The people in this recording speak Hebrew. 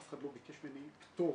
אף אחד לא ביקש ממני פטור,